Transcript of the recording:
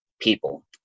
people